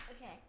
Okay